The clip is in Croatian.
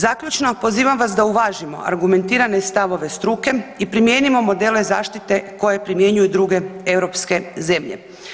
Zaključno, pozivam vas da uvažimo argumentirane stavove struke i primijenimo modele zaštite koje primjenjuju druge europske zemlje.